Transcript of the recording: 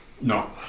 No